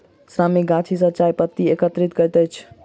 श्रमिक गाछी सॅ चाय पत्ती एकत्रित करैत अछि